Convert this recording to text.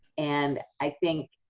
and i think